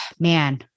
man